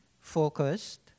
focused